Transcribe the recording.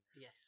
Yes